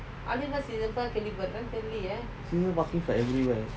similar parking for everywhere